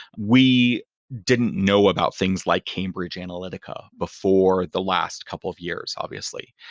we didn't know about things like cambridge analytica before the last couple of years obviously,